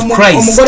Christ